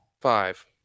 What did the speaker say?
five